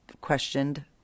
questioned